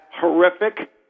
horrific